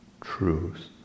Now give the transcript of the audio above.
truth